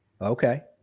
Okay